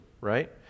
right